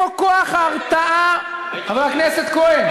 איפה כוח ההרתעה, חבר הכנסת כהן,